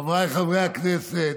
חבריי חברי הכנסת,